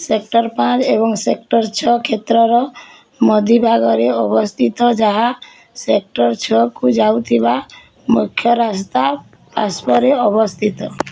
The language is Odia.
ସେକ୍ଟର୍ ପାଞ୍ଚ ଏବଂ ସେକ୍ଟର୍ ଛଅ କ୍ଷେତ୍ରର ମଝି ଭାଗରେ ଅବସ୍ତିତ ଯାହା ସେକ୍ଟର୍ ଛଅକୁ ଯାଉଥିବା ମୁଖ୍ୟ ରାସ୍ତା ପାର୍ଶ୍ୱରେ ଅବସ୍ତିତ